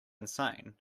insane